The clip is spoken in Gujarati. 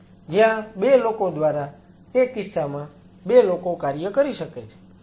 જ્યાં 2 લોકો દ્વારા તે કિસ્સામાં 2 લોકો કાર્ય કરી શકે છે